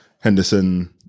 Henderson